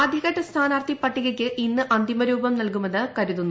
ആദ്യഘട്ട സ്ഥാനാർത്ഥി പട്ടികയ്ക്ക് ഇന്ന് അന്തിമരൂപം നൽകുമെന്ന് കരുതുന്നു